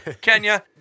Kenya